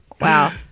Wow